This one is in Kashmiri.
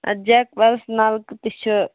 اَدٕ جیٚک ویٚلٕز نَلکہٕ تہِ چھِ